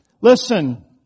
Listen